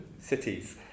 Cities